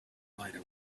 might